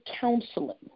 counseling